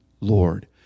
Lord